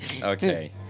Okay